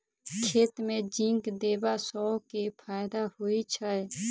खेत मे जिंक देबा सँ केँ फायदा होइ छैय?